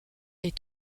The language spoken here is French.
est